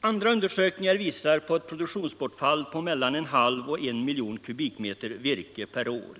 Andra undersökningar visar på ett produktionsbortfall på mellan en halv och en miljon kubikmeter virke per år.